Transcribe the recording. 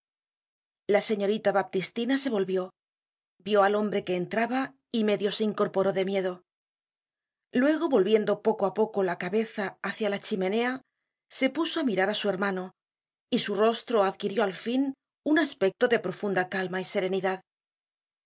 la señorita baptistina se volvió vió al hombre que entraba y medio se incorporó de miedo luego volviendo poco á poco la cabeza hácia la chimenea se puso á mirar á su hermano y su rostro adquirió al fin un aspecto de profunda calma y serenidad